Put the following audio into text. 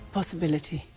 Possibility